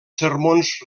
sermons